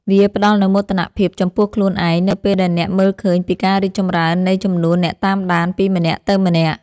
វាផ្តល់នូវមោទនភាពចំពោះខ្លួនឯងនៅពេលដែលអ្នកមើលឃើញពីការរីកចម្រើននៃចំនួនអ្នកតាមដានពីម្នាក់ទៅម្នាក់។